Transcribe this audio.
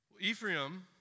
Ephraim